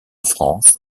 france